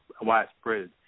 widespread